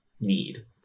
need